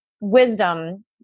wisdom